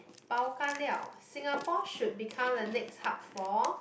Bao Ka Liao Singapore should become the next hub for